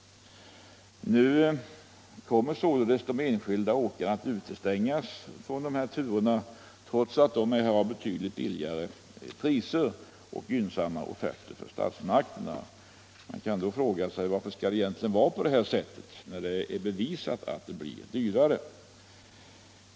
Nu kommer alltså de enskilda åkarna att utestängas från de här turerna trots att de har betydligt lägre priser och gynnsammare offerter för statsmakterna. Man kan då fråga sig varför det egentligen skall vara på det här sättet när det är bevisat att det blir dyrare.